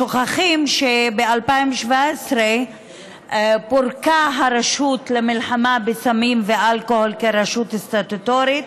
שוכחים שב-2017 פורקה הרשות למלחמה בסמים ואלכוהול כרשות סטטוטורית